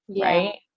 Right